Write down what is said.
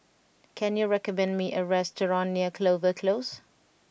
can you recommend me a restaurant near Clover Close